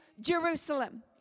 Jerusalem